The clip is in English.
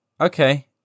Okay